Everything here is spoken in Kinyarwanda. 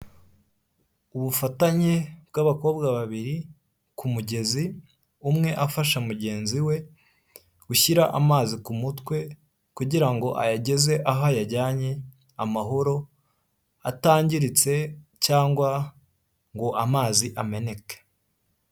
Ubufatanye bw'abakobwa babiri ku kumugezi umwe afasha mugenzi we gushyira amazi kumutwe kugirango ayageze aho yajyanye amahoro atangiritse cyangwa ngo amazi ameneke.